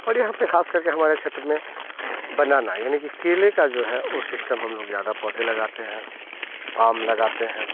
और यहाँ पे खासकर के हमारे क्षेत्र में बनाना यानी कि केले का जो है वो सिस्टम हम लोग ज़्यादा पौधे लगाते हैं आम लगाते हैं